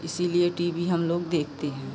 इसीलिए TV हमलोग देखते हैं